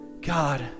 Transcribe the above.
God